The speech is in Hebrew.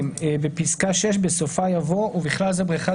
בפסקה (6) בסופה יבוא "ובכלל זה בריכת